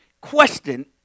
question